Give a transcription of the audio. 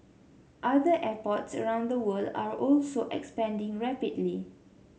other airports around the world are also expanding rapidly